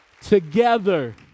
together